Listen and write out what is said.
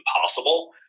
possible